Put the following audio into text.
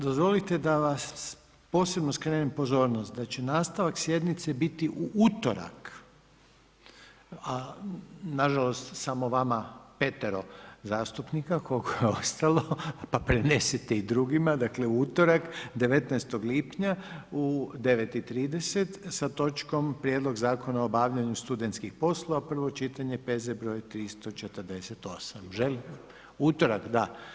Dozvolite da vam posebno skrenem pozornost da će nastavak sjednice biti u utorak a nažalost samo vama petero zastupnika koliko je ostalo pa prenesite i drugima, dakle u utorak, 19. lipnja u 9,30h sa točkom Prijedlog zakona o obavljanju studentskih poslova, prvo čitanje, P.Z. br. 348. … [[Upadica se ne čuje.]] U utorak, da.